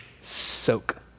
soak